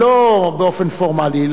לא באופן פורמלי,